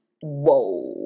whoa